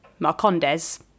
Marcondes